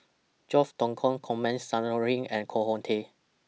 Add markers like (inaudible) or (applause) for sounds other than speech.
George Dromgold Coleman Saw (unintelligible) and Koh Hong Teng